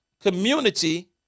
community